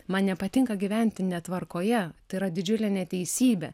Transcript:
man nepatinka gyventi netvarkoje tai yra didžiulė neteisybė